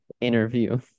interview